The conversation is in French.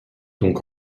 donc